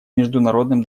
международным